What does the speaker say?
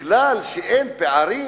אין פערים?